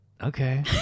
okay